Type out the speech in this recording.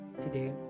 today